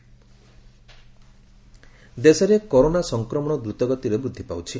corona ଦେଶରେ corona ସଂକ୍ରମଣ ଦ୍ରୁତଗତିରେ ବୃଦ୍ଧି ପାଉଛି